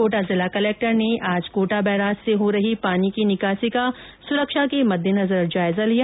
कोटा जिला कलेक्टर ने आज कोटा बैराज से हो रही पानी की निकासी का सुरक्षा के मद्देनजर जायजा लिया